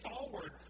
forward